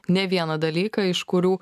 ne vieną dalyką iš kurių